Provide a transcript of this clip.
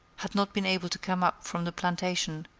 had not been able to come up from the plantation,